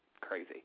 crazy